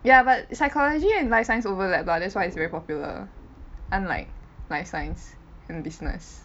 ya but psychology and life science overlap lah that's why its very popular unlike life science and business